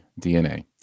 dna